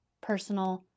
personal